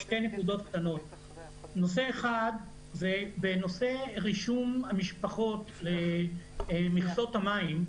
נושא רישום המשפחות למכסות המים: